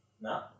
No